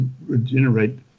regenerate